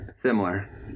similar